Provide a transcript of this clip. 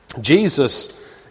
Jesus